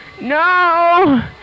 No